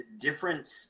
different